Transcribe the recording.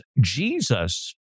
Jesus